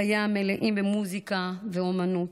חייה מלאים במוזיקה ואומנויות,